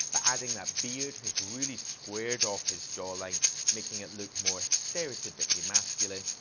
but adding that beard has really squared off his jawline making it look more stereotypically masculine.